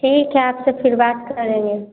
ठीक है आप से फिर बात करेंगे